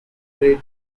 great